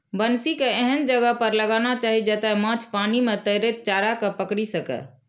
बंसी कें एहन जगह पर लगाना चाही, जतय माछ पानि मे तैरैत चारा कें पकड़ि सकय